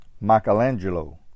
Michelangelo